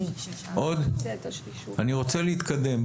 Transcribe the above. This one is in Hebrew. אני רוצה להתקדם.